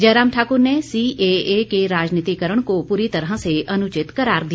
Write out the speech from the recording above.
जयराम ठाकुर ने सीएए के राजनीतिकरण को पूरी तरह से अनुचित करार दिया